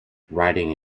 riding